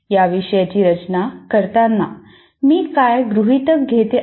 या विषयाची रचना करताना मी काय गृहितक घेत आहे